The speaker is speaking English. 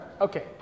Okay